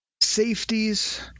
Safeties